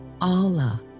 Allah